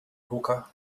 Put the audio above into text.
hookah